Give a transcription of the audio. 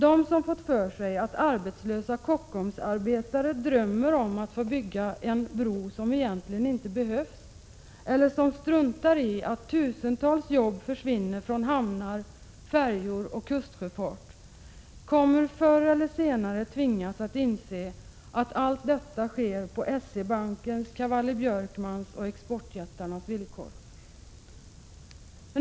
De som fått för sig att arbetslösa Kockumsarbetare drömmer om att få bygga en bro som egentligen inte behövs eller som struntar i att tusentals jobb försvinner från hamnar, färjor och kustsjöfart tvingas förr eller senare att inse att allt detta sker helt på S-E-Bankens, Cavalli-Björkmans och exportjättarnas villkor.